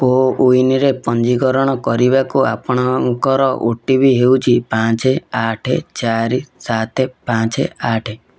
କୋୱିନ୍ରେ ପଞ୍ଜୀକରଣ କରିବାକୁ ଆପଣଙ୍କର ଓ ଟି ପି ହେଉଛି ପାଞ୍ଚ ଆଠ ଚାରି ସାତ ପାଞ୍ଚ ଆଠ